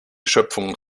schöpfung